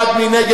מי נגד?